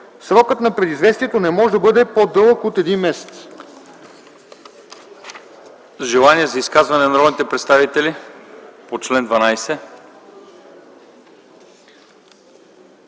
Срокът на предизвестието не може да бъде по-дълъг от един месец.”